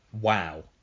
Wow